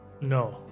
No